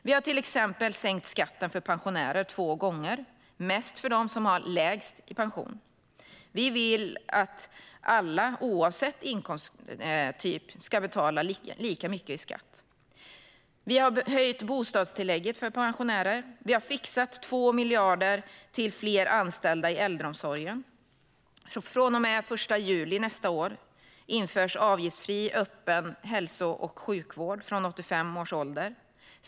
Vi har till exempel sänkt skatten för pensionärer två gånger, mest för dem som har lägst pension. Vi vill att alla oavsett inkomsttyp ska betala lika mycket i skatt. Vi har höjt bostadstillägget för pensionärer. Vi har fixat 2 miljarder till fler anställda i äldreomsorgen. Den 1 juli nästa år införs avgiftsfri öppen hälso och sjukvård från 85 års ålder.